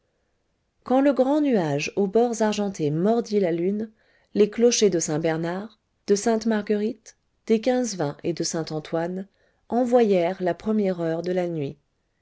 quand le grand nuage aux bords argentés mordit la lune les clochers de saint-bernard de sainte-marguerite des quinze-vingts et de saint-antoine envoyèrent la première heure de la nuit